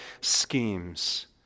schemes